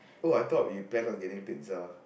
Oh I thought we plan on getting pizza